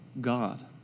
God